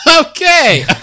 okay